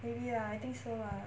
maybe lah I think so lah